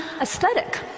aesthetic